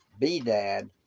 Bedad